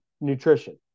nutrition